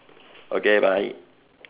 okay bye